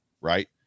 right